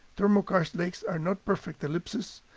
thermokarst lakes are not perfect ellipses,